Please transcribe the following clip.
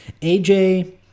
AJ